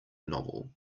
novel